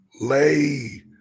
lay